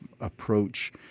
approach